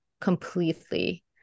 completely